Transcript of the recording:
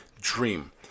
Dream